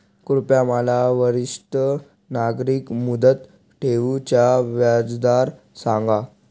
कृपया मला वरिष्ठ नागरिक मुदत ठेवी चा व्याजदर सांगा